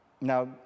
Now